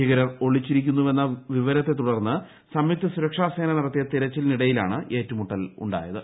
ഭീകരർ ഒളിച്ചിരിക്കുന്നുവെന്ന വിവരത്തെ തുടർന്ന് സംയുക്ത സുരക്ഷാസേന നടത്തിയ തെരച്ചിലിനിടയിലാണ് ഏറ്റുമുട്ടൽ ഉണ്ടായത്